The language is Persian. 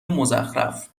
مزخرف